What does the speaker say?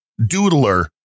doodler